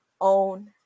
own